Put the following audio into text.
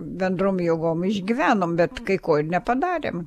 bendrom jėgom išgyvenom bet kai ko nepadarėm